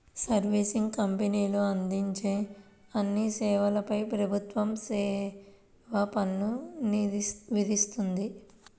servicing కంపెనీలు అందించే అన్ని సేవలపై ప్రభుత్వం సేవా పన్ను విధిస్తుంది